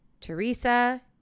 Teresa